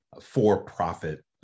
for-profit